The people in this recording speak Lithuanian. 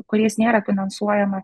kuriais nėra finansuojama